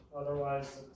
Otherwise